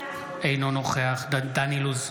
אינו נוכח דן אילוז,